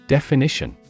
Definition